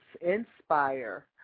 Inspire